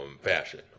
fashion